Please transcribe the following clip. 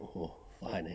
oh oh farhan eh